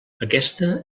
aquesta